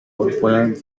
corporal